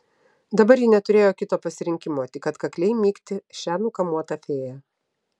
dabar ji neturėjo kito pasirinkimo tik atkakliai mygti šią nukamuotą fėją